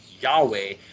Yahweh